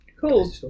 Cool